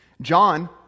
John